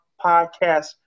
podcast